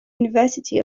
university